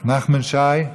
נחמן שי,